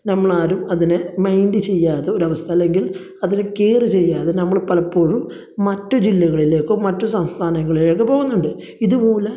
നമ്മൾ ആരും അതിനെ മൈൻഡ് ചെയ്യാതെ ഒരവസ്ഥ അല്ലെങ്കിൽ അതിനെ കെയർ ചെയ്യാതെ നമ്മള് പലപ്പോഴും മറ്റു ജില്ലകളിലേക്കൊ മറ്റു സംസ്ഥാനങ്ങളിലേക്ക് പോവുന്നുണ്ട് ഇതുമൂലം